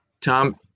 Tom